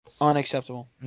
Unacceptable